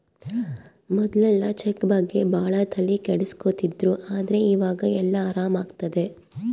ಮೊದ್ಲೆಲ್ಲ ಚೆಕ್ ಬಗ್ಗೆ ಭಾಳ ತಲೆ ಕೆಡ್ಸ್ಕೊತಿದ್ರು ಆದ್ರೆ ಈವಾಗ ಎಲ್ಲ ಆರಾಮ್ ಆಗ್ತದೆ